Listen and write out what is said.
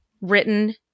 written